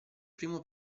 primo